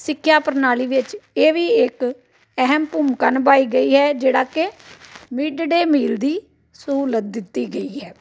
ਸਿੱਖਿਆ ਪ੍ਰਣਾਲੀ ਵਿੱਚ ਇਹ ਵੀ ਇੱਕ ਅਹਿਮ ਭੂਮਿਕਾ ਨਿਭਾਈ ਗਈ ਹੈ ਜਿਹੜਾ ਕਿ ਮਿਡ ਡੇ ਮੀਲ ਦੀ ਸਹੂਲਤ ਦਿੱਤੀ ਗਈ ਹੈ